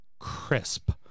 crisp